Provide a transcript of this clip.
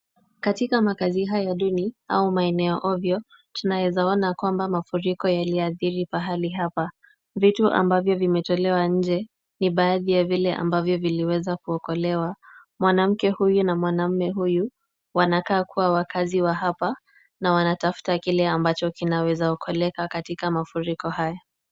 Katika makazi haya duni au maeneo ovyo, tunaeza ona kwamba mafuriko yaliadhii mahali hapa. Vitu ambavyo vimetolewa nje ni baadhi ya vile ambavyo viliweza kuokolewa. Mwanamke huyu na mwanaume huyu, wanakaa kuwa wakaazi wa hapa na wanatafuta kile ambacho kinaweza okoleka katika mafuriko haya.